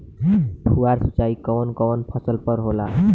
फुहार सिंचाई कवन कवन फ़सल पर होला?